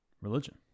Religion